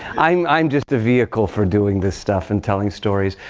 i mean i'm just a vehicle for doing this stuff and telling stories.